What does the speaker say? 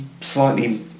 slightly